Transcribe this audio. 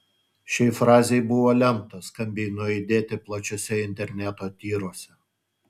šiai frazei buvo lemta skambiai nuaidėti plačiuose interneto tyruose